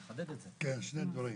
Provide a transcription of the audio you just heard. כן, שני דברים.